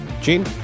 Gene